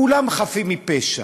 כולם חפים מפשע,